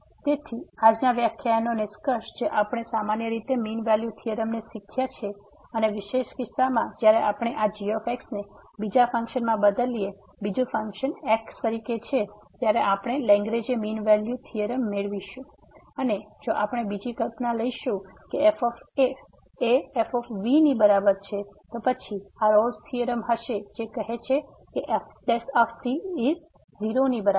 તેથી આજના વ્યાખ્યાનનો નિષ્કર્ષ જે આપણે સામાન્ય રીતે મીન વેલ્યુ થીયોરમને શીખ્યા છે અને વિશેષ કિસ્સામાં જ્યારે આપણે આ g ને બીજા ફંક્શનમાં બદલીએ બીજું ફંક્શન x તરીકે છે ત્યારે આપણે લેંગ્રેજે મીન વેલ્યુ થીયોરમ મેળવીશું અને જો આપણે બીજી કલ્પના લઈશું કે f a એ f ની બરાબર છે તો પછી આ રોલ્સRolle's થીયોરમ હશે જે કહે છે કે fc0 બરાબર